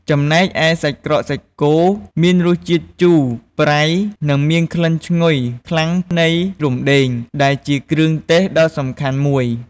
ចំណែកឯ សាច់ក្រកសាច់គោ មានរសជាតិជូរ ប្រៃ និងមានក្លិនឈ្ងុយខ្លាំងនៃរំដេង ដែលជាគ្រឿងទេសដ៏សំខាន់មួយ។